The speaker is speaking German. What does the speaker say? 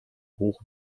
hoch